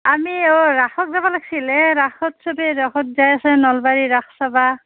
আমি অঁ ৰাসক যাব লাগিছিল হে ৰাসোত চবে ৰাসোত যায় আছেই নলবাৰীৰ ৰাস চাব